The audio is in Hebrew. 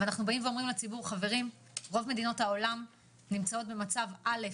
ואנחנו אומרים לציבור שרוב מדינות העולם נמצאות במצב א',